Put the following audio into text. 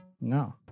No